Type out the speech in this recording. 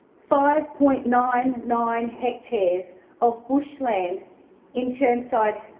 five point nine nine hectares of bushland in chermside,